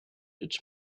its